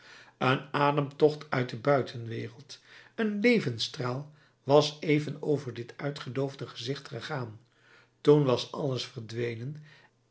een ademtocht uit de buitenwereld een levensstraal was even over dit uitgedoofde gezicht gegaan toen was alles verdwenen